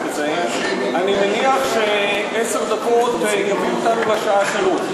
לכם, מזכירת הכנסת וכל צוות העוזרים,